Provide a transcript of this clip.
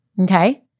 Okay